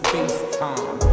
FaceTime